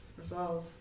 resolve